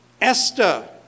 Esther